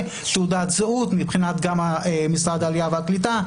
ותעודת זהות מבחינת משרד העלייה והקליטה.